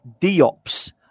Diop's